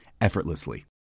effortlessly